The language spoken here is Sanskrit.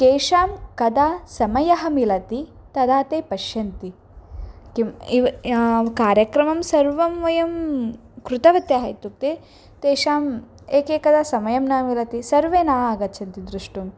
केषां कदा समयः मिलति तदा ते पश्यन्ति किम् इव कार्यक्रमं सर्वं वयं कृतवत्यः इत्युक्ते तेषाम् एकैकदा समयः न मिलति सर्वे न आगच्छन्ति द्रष्टुं